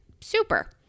super